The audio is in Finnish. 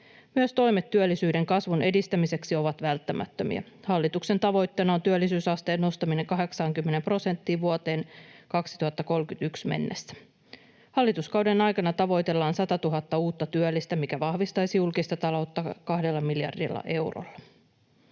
Myös toimet työllisyyden kasvun edistämiseksi ovat välttämättömiä. Hallituksen tavoitteena on työllisyysasteen nostaminen 80 prosenttiin vuoteen 2031 mennessä. Hallituskauden aikana tavoitellaan 100 000:ta uutta työllistä, mikä vahvistaisi julkista taloutta kahdella miljardilla eurolla.